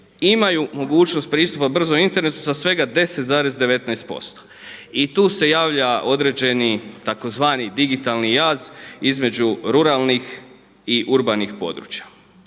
imaju mogućnost pristupa brzom internetu za svega 10,19% i tu se javlja određeni tzv. digitalni jaz između ruralnih i urbanih područja.